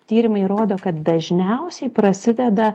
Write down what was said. tyrimai rodo kad dažniausiai prasideda